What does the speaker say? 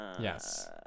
Yes